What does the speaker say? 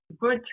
good